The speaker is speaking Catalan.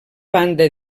banda